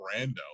Brando